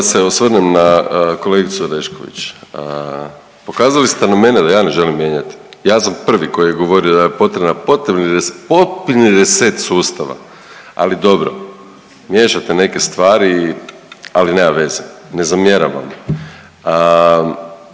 da se osvrnem na kolegicu Orešković. Pokazali ste na mene jer ja ne želim mijenjati? Ja sam prvi koji je govorio da je potrebna potpuni reset sustava. Ali dobro. Miješate neke stvari, ali nema veze. Ne zamjeram vam.